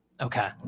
Okay